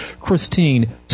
Christine